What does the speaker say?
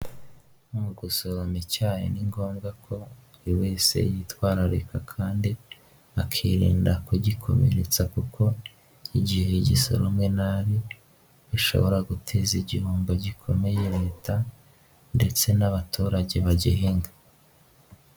Mu gusorana icyayi ni ngombwa ko buri wese yitwararika kandi akirinda kugikomeretsa, kuko igihe gisoromwe nabi bishobora guteza igihombo gikomeye Leta ndetse n'abaturage bagihinga.